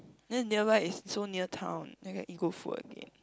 then nearby is so near town then get eat go good food again